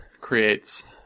creates